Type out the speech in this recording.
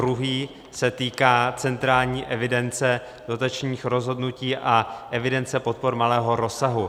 Druhý se týká centrální evidence dotačních rozhodnutí a evidence podpor malého rozsahu.